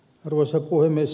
arvoisa puhemies